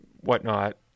whatnot